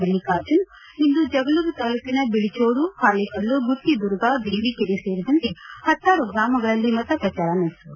ಮಲ್ಲಿಕಾರ್ಜುನ್ ಜಗಲೂರು ತಾಲ್ಲೂಕಿನ ಬಿಳಿಚೋಡು ಹಾಲೇಕಲ್ಲು ಗುತ್ತಿದುರ್ಗ ದೇವಿಕೆರೆ ಸೇರಿದಂತೆ ಪತ್ತಾರು ಗ್ರಾಮಗಳಲ್ಲಿ ಮತ ಪ್ರಚಾರ ನಡೆಸಿದರು